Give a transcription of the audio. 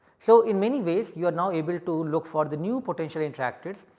so, in many ways you are now able to look for the new potential interactors,